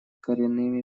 коренными